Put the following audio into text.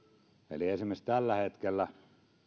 eli esimerkiksi tällä hetkellä